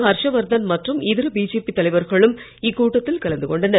ஹர்ஷ்வர்தன் மற்றும் இதர பிஜேபி தலைவர்களும் இக்கூட்டத்தில் கலந்து கொண்டனர்